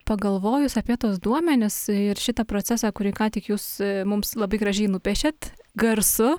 pagalvojus apie tuos duomenis ir šitą procesą kurį ką tik jūs mums labai gražiai nupiešėt garsu